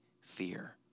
fear